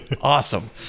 Awesome